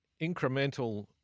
incremental